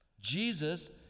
Jesus